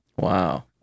wow